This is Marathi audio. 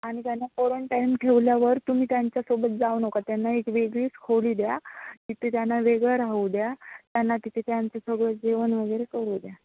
आणि त्यांना कोरनटाईम ठेवल्यावर तुम्ही त्यांच्यासोबत जाऊ नका त्यांना एक वेगळीच खोली द्या तिथे त्यांना वेगळं राहू द्या त्यांना तिथे त्यांचं सगळं जेवण वगैरे करू द्या